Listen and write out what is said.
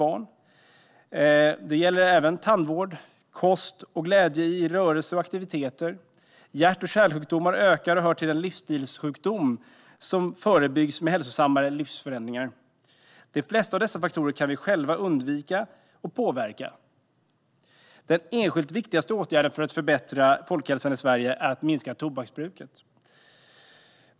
Utöver kost gäller detta ansvar tandvård och glädje i rörelse och aktiviteter. Hjärt-kärlsjukdomar ökar och hör till de livsstilssjukdomar som kan förebyggas med hälsosammare livsföring. De flesta av dessa faktorer kan vi själva påverka och undvika. Den enskilt viktigaste åtgärden för att förbättra folkhälsan i Sverige är att minska tobaksbruket.